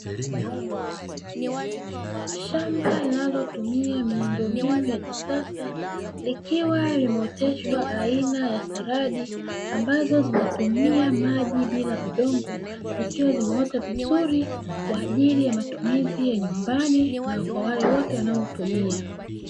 Shamba linalotumia miundombinu ya kisasa likiwa limeoteshwa aina ya saladi, ambazo zinatumia maji bila udongo zikiwa zimeota vizuri kwa ajili ya matumizi ya nyumbani na kwa wale wote wanaotumia.